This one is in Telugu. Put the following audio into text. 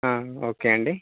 ఓకే అండి